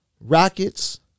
Rockets